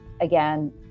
again